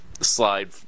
slide